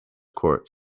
quartz